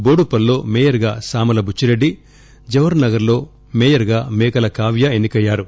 బోడుపుల్ లో మేయర్ గా సామల బుచ్చిరెడ్డి జవహర్ నగర్ లో మేయర్ గా మేకల కావ్య ఎన్పి కయ్యారు